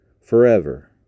forever